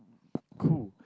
cool